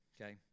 okay